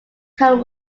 can